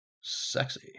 sexy